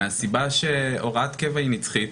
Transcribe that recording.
מהסיבה שהוראת קבע היא נצחית,